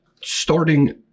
starting